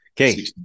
Okay